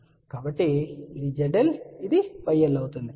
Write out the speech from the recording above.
కాబట్టి ఇది zL ఇది yL అవుతుంది